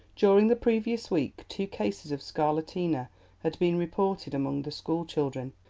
during the previous week two cases of scarlatina had been reported among the school children,